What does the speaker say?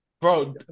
bro